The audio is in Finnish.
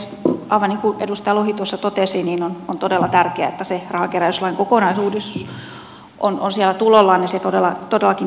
aivan niin kuin edustaja lohi tuossa totesi on todella tärkeää että se rahankeräyslain kokonaisuudistus on siellä tulollaan ja se todellakin tarvitaan